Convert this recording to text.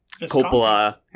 Coppola